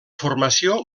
formació